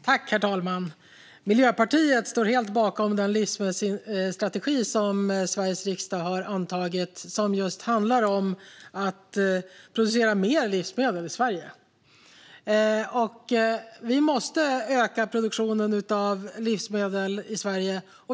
Herr talman! Miljöpartiet står helt bakom den livsmedelsstrategi som Sveriges riksdag har antagit och som just handlar om att producera mer livsmedel i Sverige. Vi måste öka produktionen av livsmedel i Sverige.